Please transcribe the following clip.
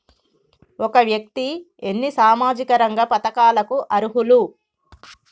ఒక వ్యక్తి ఎన్ని సామాజిక రంగ పథకాలకు అర్హులు?